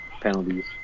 penalties